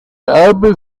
erbe